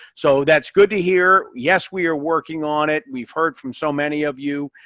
so that's good to hear. yes we are working on it. we've heard from so many of you.